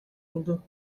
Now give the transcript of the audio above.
oldu